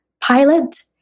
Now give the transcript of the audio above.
pilot